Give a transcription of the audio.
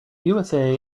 usa